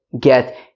get